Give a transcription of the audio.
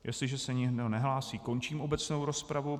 Jestliže se nikdo nehlásí, končím obecnou rozpravu.